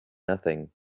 nothing